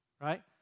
right